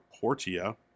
Portia